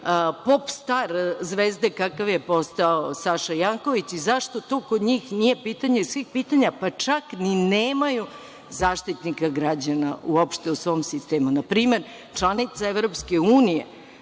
„pop star“ zvezde kakav je postao Saša Janković i zašto to kod njih nije pitanje svih pitanja, pa čak ni nemaju Zaštitnika građana uopšte u svom sistemu? Na primer, članica EU koja